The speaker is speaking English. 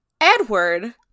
edward